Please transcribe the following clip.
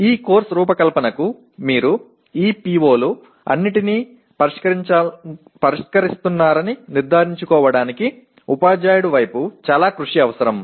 ఈ కోర్సు రూపకల్పనకు మీరు ఈ PO లన్నింటినీ పరిష్కరిస్తున్నారని నిర్ధారించుకోవడానికి ఉపాధ్యాయుడి వైపు చాలా కృషి అవసరం